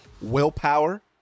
Willpower